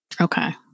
Okay